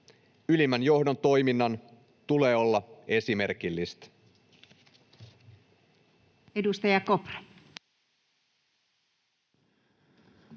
Ylimmän johdon toiminnan tulee olla esimerkillistä.